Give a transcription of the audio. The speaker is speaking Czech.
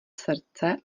srdce